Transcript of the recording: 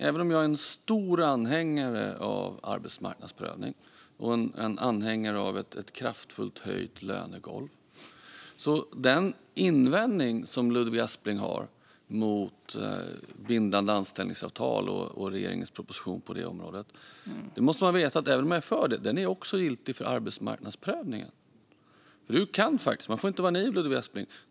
Även om jag är en stor anhängare av arbetsmarknadsprövning och en anhängare av ett kraftfullt höjt lönegolv, innebär den invändning som Ludvig Aspling har mot regeringens proposition på området om bindande anställningsavtal att man måste veta att även om man är för förslaget är det också giltigt för arbetsmarknadsprövning. Man får inte vara naiv, Ludvig Aspling.